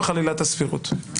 הסבירות.